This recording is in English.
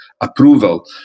approval